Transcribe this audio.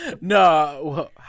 No